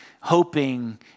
hoping